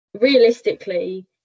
realistically